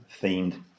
themed